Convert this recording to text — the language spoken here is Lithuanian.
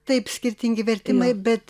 taip skirtingi vertimai bet